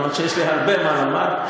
אפילו שיש לי הרבה מה לומר.